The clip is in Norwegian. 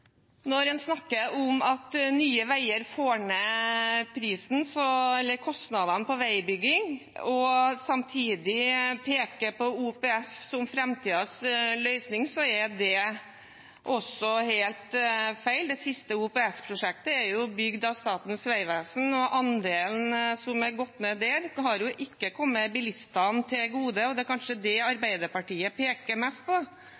samtidig peker på OPS som framtidens løsning, er det også helt feil. Det siste OPS-prosjektet er bygd av Statens vegvesen, og andelen som er gått ned der, har ikke kommet bilistene til gode. Det er kanskje det Arbeiderpartiet peker mest på: